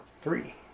Three